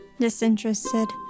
disinterested